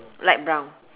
light brown